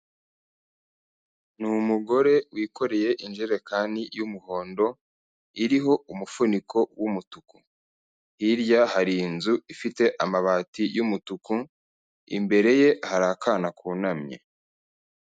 Ni umugore wikoreye injerekani y'umuhondo iriho umufuniko w'umutuku, hirya hari inzu ifite amabati y'umutuku imbere ye hari akana kunamye.